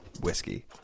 whiskey